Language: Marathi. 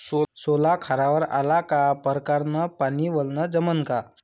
सोला खारावर आला का परकारं न पानी वलनं जमन का?